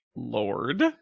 Lord